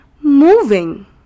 moving